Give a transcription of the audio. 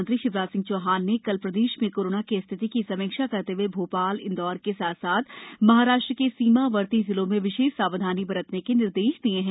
मुख्यमंत्री शिवराज सिंह चौहान ने कल प्रदेश में कोरोना की स्थिति की समीक्षा करते हए भोपाल इंदौर के साथ साथ महाराष्ट्र के सीमावर्ती जिलों में विशेष सावधानी बरतने के निर्देश दिये हैं